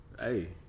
Hey